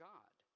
God